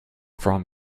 from